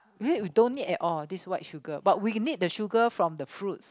we don't need at all this white sugar but we need the sugar from the fruits